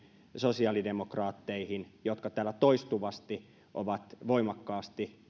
sosiaalidemokraatteihin jotka täällä toistuvasti ovat voimakkaasti